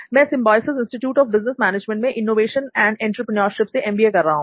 मैं Symbiosis Institute of Business Management से Innovation and Entrepreneurship से एमबीए कर रहा हूं